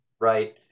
right